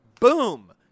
Boom